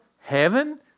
heaven